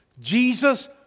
Jesus